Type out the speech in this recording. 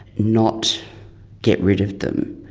not get rid of them.